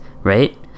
right